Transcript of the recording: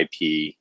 IP